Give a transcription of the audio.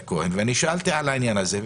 שאלתי על העניין הזה,